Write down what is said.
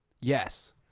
Yes